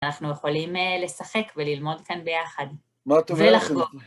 אנחנו יכולים לשחק וללמוד כאן ביחד. מאוד טוב לכם. ולחגוג